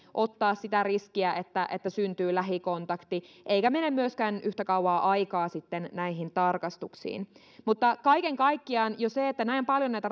ottaa sitä riskiä että että syntyy lähikontakti eikä mene myöskään yhtä kauan aikaa näihin tarkastuksiin mutta kaiken kaikkiaan jo se että näin paljon näitä